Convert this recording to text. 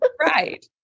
Right